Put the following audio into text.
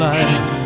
Life